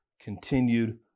continued